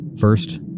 first